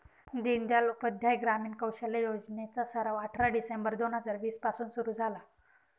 दीनदयाल उपाध्याय ग्रामीण कौशल्य योजने चा सराव अठरा डिसेंबर दोन हजार वीस पासून सुरू झाला